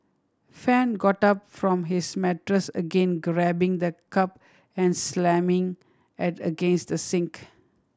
Fan got up from his mattress again grabbing the cup and slamming it against the sink